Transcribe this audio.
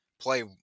play